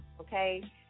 okay